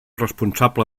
responsable